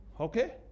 Okay